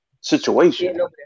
situation